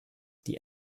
die